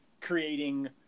creating